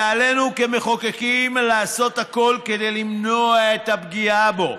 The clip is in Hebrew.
ועלינו כמחוקקים לעשות הכול כדי למנוע את הפגיעה בו.